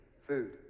Food